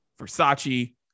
Versace